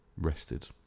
rested